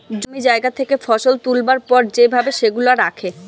জমি জায়গা থেকে ফসল তুলবার পর যে ভাবে সেগুলা রাখে